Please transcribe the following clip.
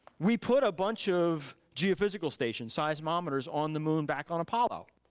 we put a bunch of geophysical stations, seismometers on the moon back on apollo.